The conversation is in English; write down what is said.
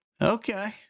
Okay